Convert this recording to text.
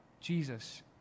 Jesus